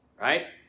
Right